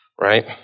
right